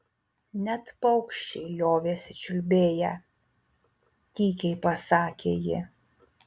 net paukščiai liovėsi čiulbėję tykiai pasakė ji